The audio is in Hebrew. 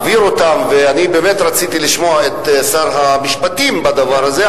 ואני באמת רציתי לשמוע את שר המשפטים בדבר הזה,